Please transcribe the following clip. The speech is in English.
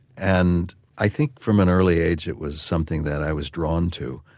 and i think from an early age, it was something that i was drawn to.